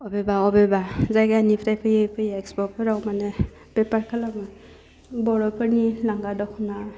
अबेबा अबेबा जायगानिफ्राय फैयै फैयै इक्सप'फोराव माने बेफार खालामो बर'फोरनि लांगा दख'ना